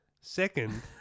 second